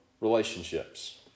relationships